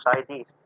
society